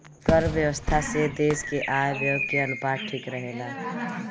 कर व्यवस्था से देस के आय व्यय के अनुपात ठीक रहेला